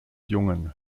jungen